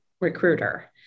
recruiter